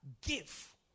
Give